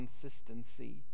consistency